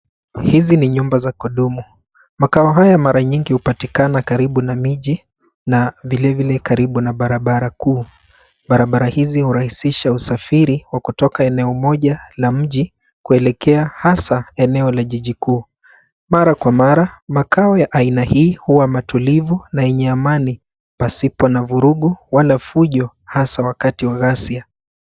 Hizi ni nyumba za kudumu. Makao haya mara nyingi hupatikana karibu na miji na vile vile karibu na barabara kuu. Barabara hizi huraihisisha usafiri wa kutoka eneo moja la mji kuelekea hasa eneo la jiji kuu. Mara kwa mara, makao ya aina hii huwa matulivu na yenye amani paasipo na vurugu wala fujo hasa wakati wa ghasia.